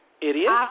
Idiot